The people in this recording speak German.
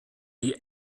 the